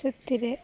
ସେଥିରେ